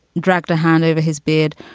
dragged a hand over his beard,